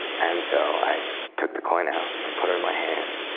and so i took the coin out and put it in my hand,